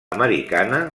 americana